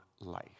life